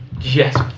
Yes